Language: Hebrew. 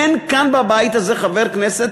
אין כאן בבית הזה חבר כנסת,